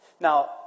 Now